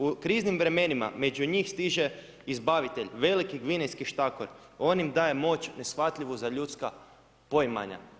U kriznim vremenima među njih stiže izbavitelj veliki gvinejski štakor, on im daje moć neshvatljivu za ljudska poimanja.